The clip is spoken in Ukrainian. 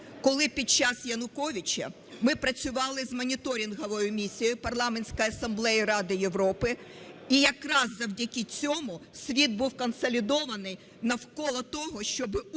коли під час Януковича ми працювали з моніторинговою місією Парламентської асамблеї Ради Європи, і якраз завдяки цьому світ був консолідований навколо того, щоби Україні